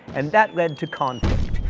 and that led to conflict.